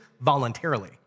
voluntarily